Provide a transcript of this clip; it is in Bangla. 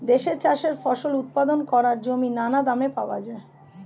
দেশে চাষের ফসল উৎপাদন করার জমি নানা দামে পাওয়া যায়